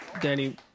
Danny